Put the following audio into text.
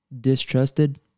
distrusted